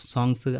Songs